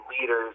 leaders